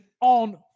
on